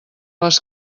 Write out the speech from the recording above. les